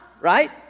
right